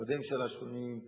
משרדי ממשלה שונים,